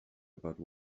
about